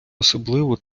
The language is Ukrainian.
особливо